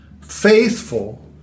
faithful